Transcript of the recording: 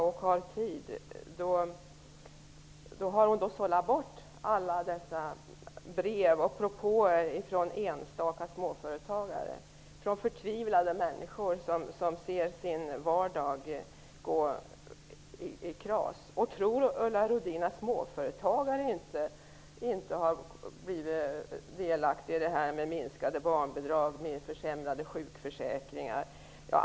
Men då har hon sållat bort alla brev och propåer från enstaka småföretagare, från förtvivlade människor som ser sin vardag gå i kras. Tror Ulla Rudin att småföretagare inte har blivit delaktiga i det här med minskade barnbidrag och försämrade sjukförsäkringar?